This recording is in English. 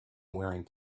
wearing